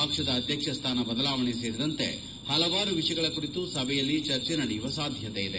ಪಕ್ಷದ ಅಧ್ಯಕ್ಷ ಸ್ಥಾನ ಬದಲಾವಣೆ ಸೇರಿದಂತೆ ಹಲವಾರು ವಿಷಯಗಳ ಕುರಿತು ಸಭೆಯಲ್ಲಿ ಚರ್ಚೆ ನಡೆಯುವ ಸಾಧ್ಯತೆ ಇದೆ